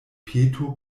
peto